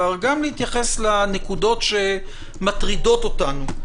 גם להתייחס לנקודות שמטרידות אותנו.